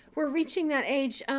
we're reaching that age.